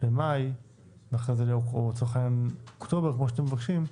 למאי ואחרי זה אוקטובר כמו שאתם מבקשים,